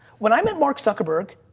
when i met mark zuckerberg,